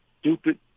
stupid